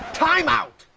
time out.